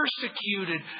persecuted